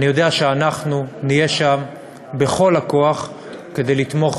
אני יודע שאנחנו נהיה שם בכל הכוח כדי לתמוך